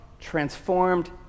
transformed